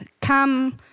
Come